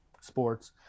sports